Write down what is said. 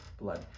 blood